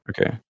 Okay